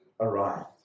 arrived